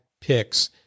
picks